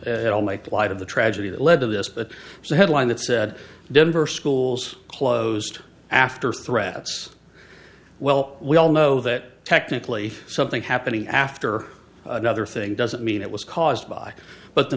tell my plight of the tragedy that led to this but headline that said denver schools closed after threats well we all know that technically something happening after another thing doesn't mean it was caused by but the